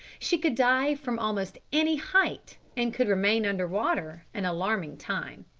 she could dive from almost any height and could remain under water an alarming time.